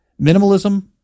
Minimalism